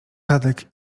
tadek